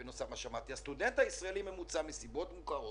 הסטודנט הישראלי, וזה מסיבות מוכרות,